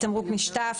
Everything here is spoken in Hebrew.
"תמרוק נשטף",